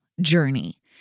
journey